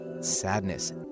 sadness